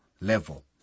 level